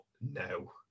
no